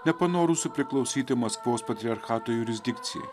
nepanorusių priklausyti maskvos patriarchato jurisdikcijai